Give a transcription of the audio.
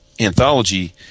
anthology